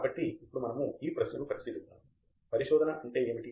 కాబట్టి ఇప్పుడు మనము ఈ ప్రశ్నను పరిశీలిద్దాము పరిశోధన అంటే ఏమిటి